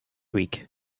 week